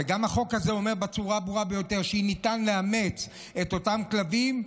וגם החוק הזה אומר בצורה הברורה ביותר שאם ניתן לאמץ את אותם כלבים,